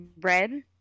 Red